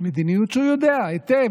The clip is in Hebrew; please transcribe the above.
מדיניות שהוא יודע היטב,